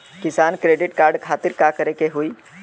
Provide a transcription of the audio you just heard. किसान credit card खातिर का करे के होई?